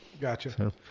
Gotcha